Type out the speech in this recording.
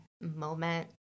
moment